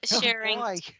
sharing